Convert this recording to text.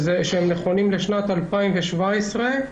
נכונים לשנת 2017,